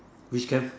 which camp